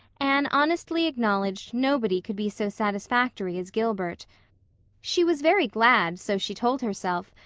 anne honestly acknowledged nobody could be so satisfactory as gilbert she was very glad, so she told herself,